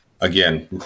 again